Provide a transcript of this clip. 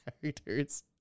characters